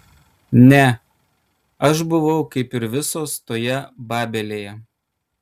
ne aš buvau kaip ir visos toje babelėj